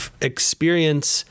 experience